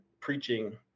preaching